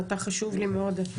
אתה חשוב לי מאוד,